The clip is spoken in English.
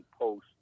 post